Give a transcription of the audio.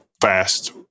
fast